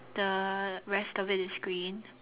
the rest of it is green